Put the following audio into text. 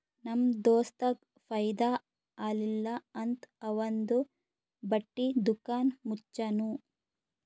ನಮ್ ದೋಸ್ತಗ್ ಫೈದಾ ಆಲಿಲ್ಲ ಅಂತ್ ಅವಂದು ಬಟ್ಟಿ ದುಕಾನ್ ಮುಚ್ಚನೂ